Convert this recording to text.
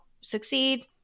succeed